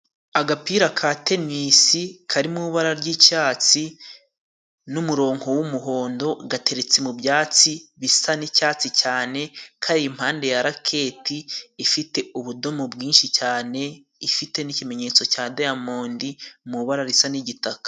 Agapira ka tenisi kari mu ibara ry'icyatsi n'umurongo wumuhondo gateretse mu byatsi bisa n'icyatsi cyane, kari impande ya raketi ifite ubudomo bwinshi cyane ifite n'ikimenyetso cya diyamondi mu ibara risa n'gitaka.